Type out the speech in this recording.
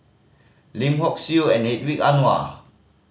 Lim Hock Siew and Ang Wei Anuar